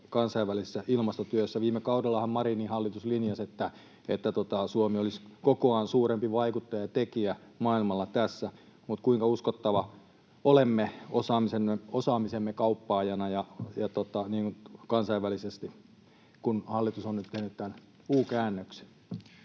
kansainvälisessä ilmastotyössä? Viime kaudellahan Marinin hallitus linjasi, että Suomi olisi kokoaan suurempi vaikuttaja ja tekijä maailmalla tässä, mutta kuinka uskottava olemme osaamisemme kauppaajana ja kansainvälisesti, kun hallitus on nyt tehnyt tämän u-käännöksen?